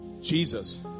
Jesus